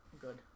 good